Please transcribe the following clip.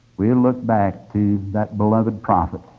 we'll look back to that beloved prophet,